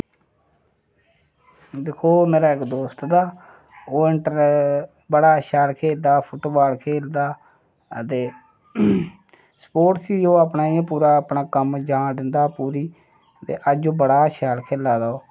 दिक्खो मेरा इक दोस्त हा ओ एंटर बड़ा शैल खेलदा फुटबाल खेलदा ते स्पोर्ट्स ही ओ अपना इयां पूरा अपना कम्म जान दिंदा पूरी ते अज्ज बड़ा शैल खेला दा ओह्